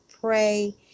pray